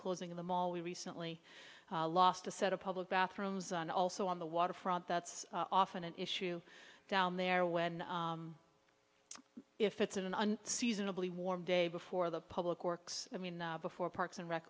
closing of the mall we recently lost a set of public bathrooms and also on the waterfront that's often an issue down there when if it's an unseasonably warm day before the public works i mean before parks and rec